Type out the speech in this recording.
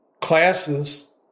classes